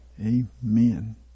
Amen